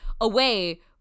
away